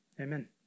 Amen